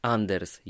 Anders